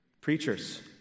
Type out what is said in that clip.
Preachers